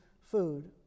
food